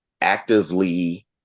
actively